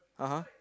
(uh huh)